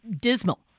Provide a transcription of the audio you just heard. dismal